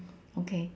okay